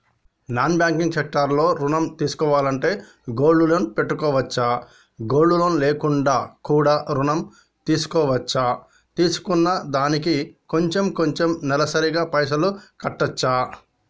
Non banking sector లో ఋణం తీసుకోవాలంటే గోల్డ్ లోన్ పెట్టుకోవచ్చా? గోల్డ్ లోన్ లేకుండా కూడా ఋణం తీసుకోవచ్చా? తీసుకున్న దానికి కొంచెం కొంచెం నెలసరి గా పైసలు కట్టొచ్చా?